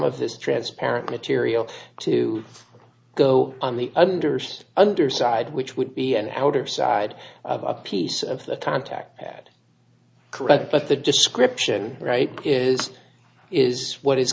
of this transparent material to go on the underside underside which would be an outer side of a piece of the contact pad correct but the description right is is what is